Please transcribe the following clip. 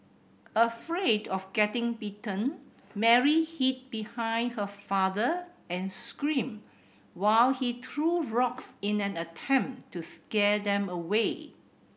afraid of getting bitten Mary hid behind her father and screamed while he threw rocks in an attempt to scare them away